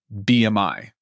BMI